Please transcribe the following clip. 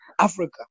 Africa